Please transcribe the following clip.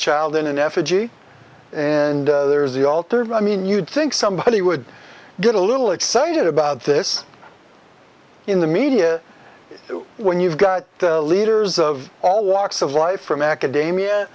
child in an effigy and there's the altar of i mean you'd think somebody would get a little excited about this in the media when you've got the leaders of all walks of life or macadamia